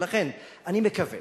ולכן אני מקווה